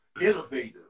innovative